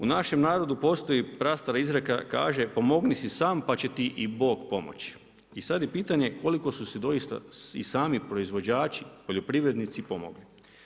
U našem narodu postoji prastara izreka, kaže „Pomogni si sam pa će ti i Bog pomoći“, i sad je pitanje koliko su si doista i sami proizvođači, poljoprivrednici pomogli.